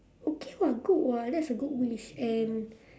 okay [what] good [what] that's a good wish and